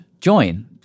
join